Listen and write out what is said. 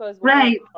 Right